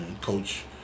coach